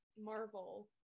Marvel